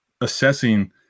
assessing